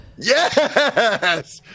Yes